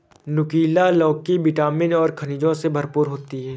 नुकीला लौकी विटामिन और खनिजों से भरपूर होती है